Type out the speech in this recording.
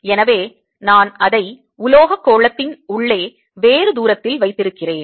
எனவே நான் அதை உலோகக் கோளத்தின் உள்ளே வேறு தூரத்தில் வைத்திருக்கிறேன்